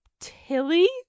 Tilly